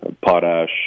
potash